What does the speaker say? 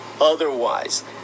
otherwise